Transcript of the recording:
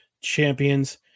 champions